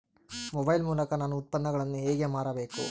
Mobile ಮೂಲಕ ನಾನು ಉತ್ಪನ್ನಗಳನ್ನು ಹೇಗೆ ಮಾರಬೇಕು?